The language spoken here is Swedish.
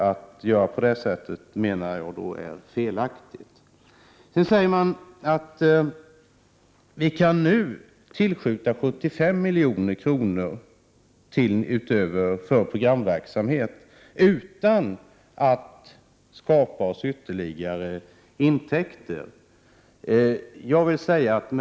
Att göra på det sättet är felaktigt, menar jag. Vidare säger man att vi nu kan tillskjuta 75 milj.kr. för programverksamhet utan att skapa ytterligare intäkter.